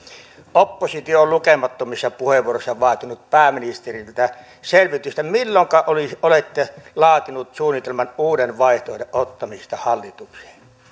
oppositio on lukemattomissa puheenvuoroissaan vaatinut pääministeriltä selvitystä milloinka olette laatinut suunnitelman uuden vaihtoehdon ottamisesta hallitukseen